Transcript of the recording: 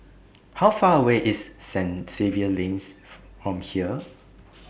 How Far away IS Saint Xavier's Lane from here